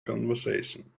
conversation